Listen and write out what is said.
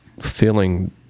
feeling